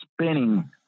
spinning